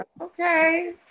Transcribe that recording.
Okay